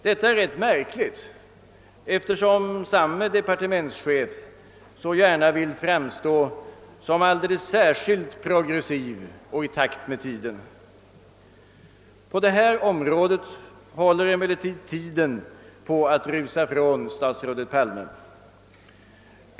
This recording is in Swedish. Detta är rätt märkligt, eftersom samme departementschef så gärna vill framstå som alldeles särskilt progressiv och i takt med tiden. På detta område håller emellertid tiden på att rusa från statsrådet Palme.